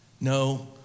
No